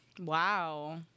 wow